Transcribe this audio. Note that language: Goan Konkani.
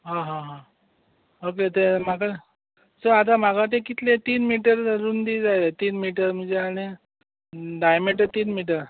आं हां हां ऑके तें म्हाका तें आतां म्हाका तें कितलें तीन मिटर धरून बी जायें तीन मीटर म्हणजे आनी धाय मीटर तीन मीटर